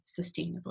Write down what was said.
sustainably